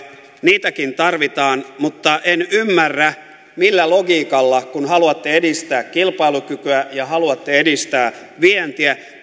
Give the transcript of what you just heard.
niitäkin tarvitaan mutta en ymmärrä millä logiikalla kun haluatte edistää kilpailukykyä ja haluatte edistää vientiä